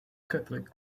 catholic